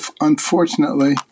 unfortunately